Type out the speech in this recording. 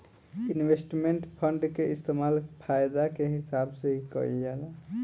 investment fund के इस्तेमाल फायदा के हिसाब से ही कईल जाला